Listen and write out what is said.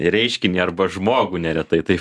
reiškinį arba žmogų neretai taip